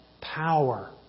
power